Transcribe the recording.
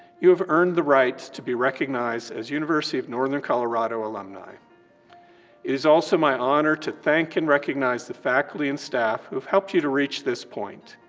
you have earned the right to be recognized as university of northern colorado alumni. it is also my honor to thank and recognize the faculty and staff who've helped you to reach this point.